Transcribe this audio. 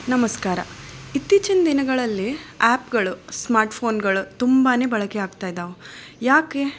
ನಮಸ್ಕಾರ ಇತ್ತೀಚಿನ ದಿನಗಳಲ್ಲಿ ಆ್ಯಪ್ಗಳು ಸ್ಮಾರ್ಟ್ ಫೋನುಗಳು ತುಂಬಾ ಬಳಕೆ ಆಗ್ತಾ ಇದಾವೆ ಯಾಕೆ